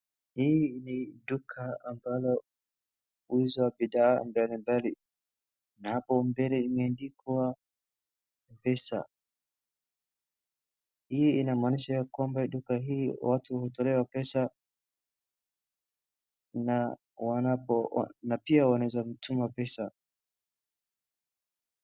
Hii ni duka ambalo huuza bidhaa mbalimbali na hapo mbele imeandikwa Mpesa, hii inamaanisha ya kwamba duka hii watu hutolewa pesa na pia wanaweza tuma pesa.